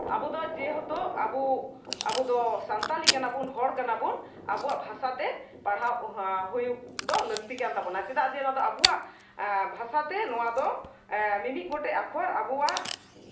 ᱟᱵᱚ ᱫᱚ ᱡᱮᱦᱮᱛᱩ ᱟᱵᱚ ᱟᱵᱚ ᱫᱚ ᱥᱟᱱᱛᱟᱲᱤ ᱠᱟᱱᱟᱵᱚᱱ ᱦᱚᱲ ᱠᱟᱱᱟᱵᱚᱱ ᱟᱵᱚᱣᱟᱜ ᱵᱷᱟᱥᱟᱛᱮ ᱯᱟᱲᱦᱟᱣ ᱦᱩᱭᱩᱜ ᱫᱚ ᱞᱟᱹᱠᱛᱤ ᱠᱟᱱ ᱛᱟᱵᱳᱱᱟ ᱪᱮᱫᱟᱜ ᱱᱚᱣᱟ ᱫᱚ ᱟᱵᱚᱣᱟᱜ ᱵᱷᱟᱥᱟᱛᱮ ᱱᱚᱣᱟᱫᱚ ᱢᱤᱢᱤᱫ ᱜᱚᱴᱮᱡ ᱟᱠᱷᱚᱨ ᱟᱵᱚᱣᱟᱜ